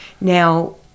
now